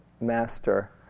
master